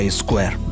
square